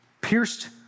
pierced